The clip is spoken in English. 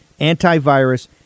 antivirus